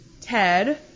Ted